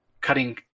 cutting